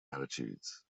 attitudes